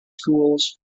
schools